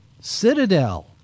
Citadel